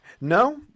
No